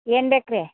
ಏನು ಬೇಕು ರೀ